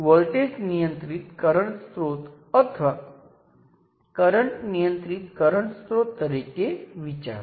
અને અલબત્ત આ સર્કિટમાં કોઈપણ વોલ્ટેજ અથવા કરંટમાં ફેરફાર કર્યા વિના છે